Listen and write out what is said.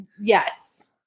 yes